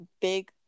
big